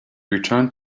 returned